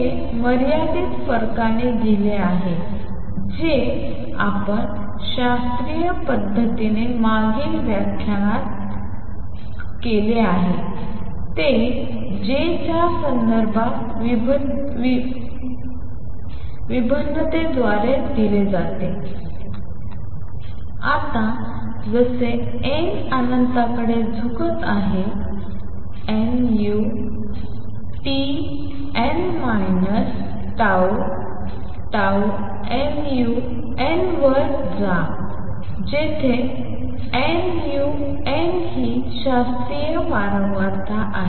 हे मर्यादित फरकाने दिले आहेजे आपण शास्त्रीय पद्धतीने मागील व्याख्यान आठवत असतो ते j च्या संदर्भात भिन्नतेद्वारे दिले जाते आता जसे n अनंततेकडे झुकत आहे nu n t n minus tau tau nu n वर जा जेथे nu n ही शास्त्रीय वारंवारता आहे